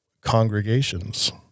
congregations